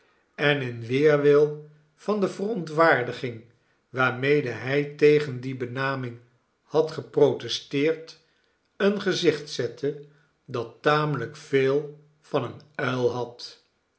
en in weerwil van de verontwaardiging waarmede hij tegen die benaming had geprotesteerd een gezicht zette dat tamelijk veel van een uil had